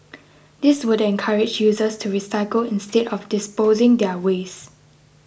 this would encourage users to recycle instead of disposing their waste